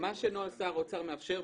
שנוהל שר האוצר מאפשר,